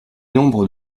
nombre